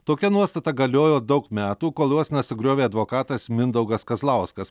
tokia nuostata galiojo daug metų kol jos nesugriovė advokatas mindaugas kazlauskas